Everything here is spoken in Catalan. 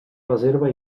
reserva